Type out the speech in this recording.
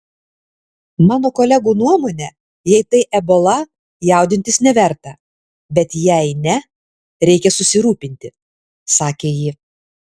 mano kolegų nuomone jei tai ebola jaudintis neverta bet jei ne reikia susirūpinti sakė ji